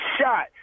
shot